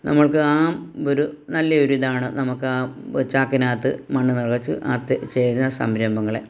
നമ്മൾക്ക് ആ ഒരു നല്ല ഒരു ഇതാണ് നമുക്ക് ചാക്കിനകത്ത് മണ്ണു നിറച്ച് അത് ചെയ്യുന്ന സംരംഭങ്ങളെ